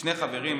שני חברים,